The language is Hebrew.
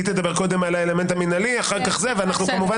היא תדבר על האלמנט המנהלי ואנחנו כמובן